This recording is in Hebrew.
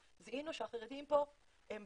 זיהינו שהחרדים פה יש